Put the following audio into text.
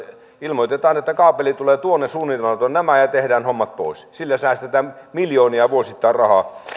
ilmoitetaan että kaapeli tulee tuonne suunnitelmat on nämä ja tehdään hommat pois sillä säästetään rahaa miljoonia vuosittain